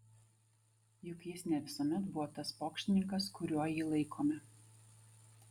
juk jis ne visuomet buvo tas pokštininkas kuriuo jį laikome